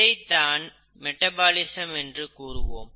இதைத்தான் மெட்டபாலிசம் என்று கூறுவோம்